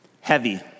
Heavy